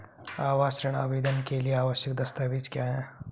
आवास ऋण आवेदन के लिए आवश्यक दस्तावेज़ क्या हैं?